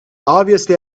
obviously